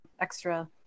extra